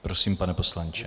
Prosím, pane poslanče.